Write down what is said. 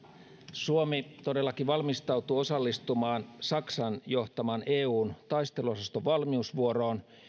suomi todellakin valmistautuu osallistumaan saksan johtaman eun taisteluosaston valmiusvuoroon